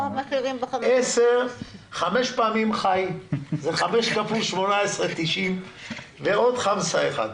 חמש פעמים ח"י זה חמש כפול 18.90 ועוד ח'מסה אחד,